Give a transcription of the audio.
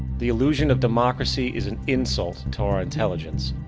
the illusion of democracy is an insult to our intelligence.